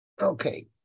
Okay